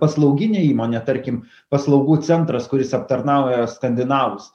paslauginė įmonė tarkim paslaugų centras kuris aptarnauja skandinavus